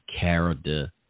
character